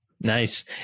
Nice